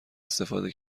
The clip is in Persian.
استفاده